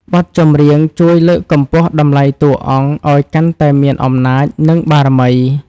បទចម្រៀងជួយលើកកម្ពស់តម្លៃតួអង្គ ឱ្យកាន់តែមានអំណាច និងបារមី។